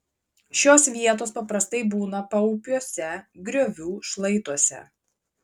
šios vietos paprastai būna paupiuose griovų šlaituose